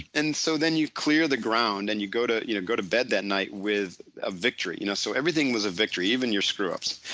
and so, then you clear the ground and you go to you know go to bed that night with a victory. you know so, everything was a victory even your screw ups.